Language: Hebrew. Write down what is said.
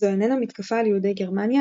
זו איננה מתקפה על יהודי גרמניה,